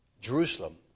Jerusalem